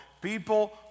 People